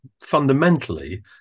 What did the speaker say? fundamentally